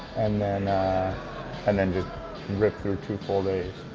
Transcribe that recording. and then and then just rip through two full days.